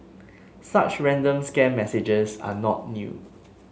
such ransom scam messages are not new